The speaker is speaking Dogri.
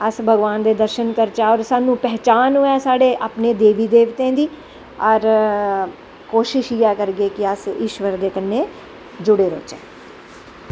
अस भगवान दे दर्शन करचै और साह्नू पैह्चन होआ साढ़े देवी देवतें दी और कोशिश इयै करगे कि अस इश्वर दे कन्नैं जुड़े रौह्चै